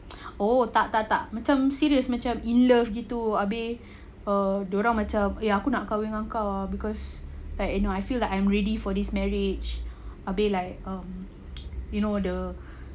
oh tak tak tak macam serious macam in love gitu abeh uh dorang macam eh aku nak kahwin ngan kau ah because like I know I feel like I'm ready for this marriage abeh like um you know the